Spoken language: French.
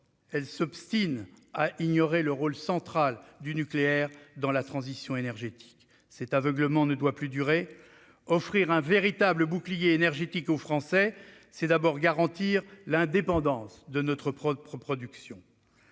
elle s'obstine à ignorer le rôle central du nucléaire dans la transition énergétique. Cet aveuglement ne doit plus durer. Offrir un véritable bouclier énergétique aux Français, c'est d'abord garantir l'indépendance de notre propre production.